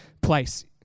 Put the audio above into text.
place